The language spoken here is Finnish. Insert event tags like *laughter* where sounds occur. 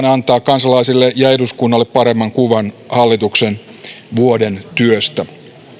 *unintelligible* antaa kansalaisille ja eduskunnalle paremman kuvan hallituksen vuoden työstä